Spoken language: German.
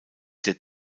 der